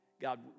God